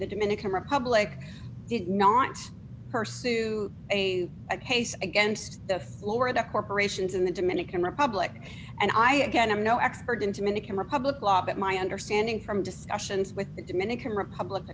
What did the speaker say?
the dominican republic did not pursued a case against the florida corporations in the dominican republic and i again i'm no expert into mimicking republic law but my understanding from discussions with the dominican republic